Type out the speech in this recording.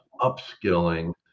upskilling